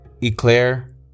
Eclair